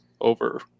over